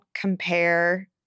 compare